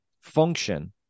function